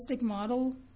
model